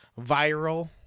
viral